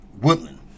woodland